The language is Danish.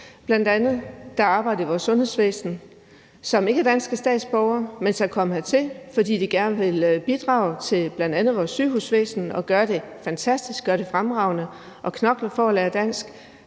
læger, der arbejder i vores sundhedsvæsen, og som ikke er danske statsborgere, men som er kommet hertil, fordi de gerne vil bidrage til bl.a. vores sygehusvæsen, og de gør det fantastisk, gør det fremragende, knokler for at lære dansk